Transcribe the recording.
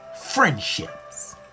Friendships